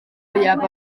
fwyaf